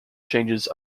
changes